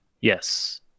Yes